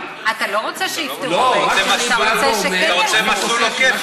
אני אומר שיש לו את ההיקש,